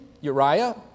Uriah